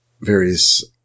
various